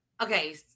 Okay